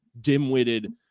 dim-witted